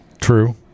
True